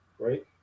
right